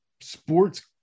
sports